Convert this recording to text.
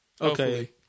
Okay